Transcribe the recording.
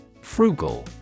Frugal